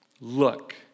Look